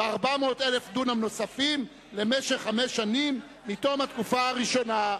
ו-400 אלף דונם נוספים למשך חמש שנים מתום התקופה הראשונה'".